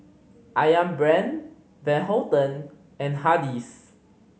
Ayam Brand Van Houten and Hardy's